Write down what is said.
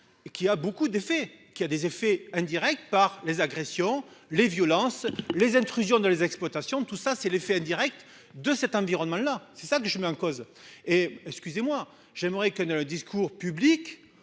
qui a beaucoup d'effets qui a des effets indirects par les agressions, les violences, les intrusions dans les exploitations. Tout ça c'est l'effet indirect de cet environnement là c'est ça que je mets en cause et excusez-moi, j'aimerais que ne le discours public